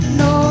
no